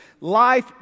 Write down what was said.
life